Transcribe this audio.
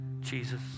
Jesus